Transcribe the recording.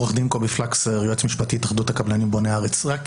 רק כדי לדייק,